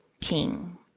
king